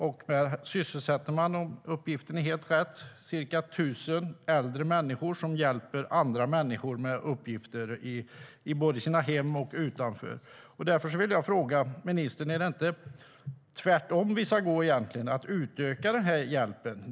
Man sysselsätter om uppgiften är helt rätt ca 1 000 äldre människor, som hjälper andra människor med uppgifter i deras hem och utanför. Därför vill jag fråga ministern: Är det inte tvärtom vi ska göra och utöka den här hjälpen?